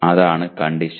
അതാണ് കണ്ടിഷൻ